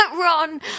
Ron